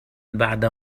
بعد